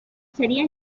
sería